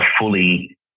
fully